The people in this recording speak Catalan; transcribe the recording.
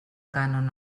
cànon